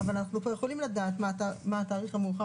אבל אנחנו פה יכולים לדעת מה התאריך המאוחר